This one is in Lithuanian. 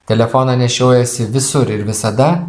telefoną nešiojasi visur ir visada